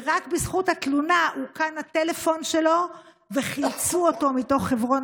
ורק בזכות התלונה אוכן הטלפון שלו וחילצו אותו מתוך חברון